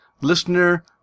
listener